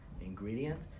ingredient